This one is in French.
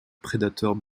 prédateurs